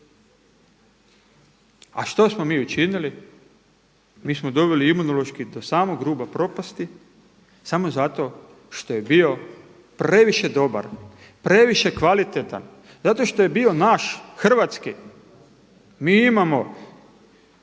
A što smo mi učinili? Mi smo doveli Imunološki do samog ruba propasti samo zato što je bio previše dobar, previše kvalitetan, zato što je bio naš hrvatski. Mi imamo